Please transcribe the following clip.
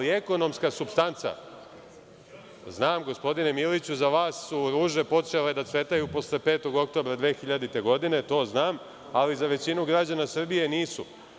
Znam, gospodine Miliću, za vas su ruže počele da cvetaju posle 5. oktobra 2000. godine, to znam, ali za većinu građana Srbije nisu.